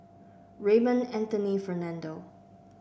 Raymond Anthony Fernando